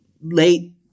late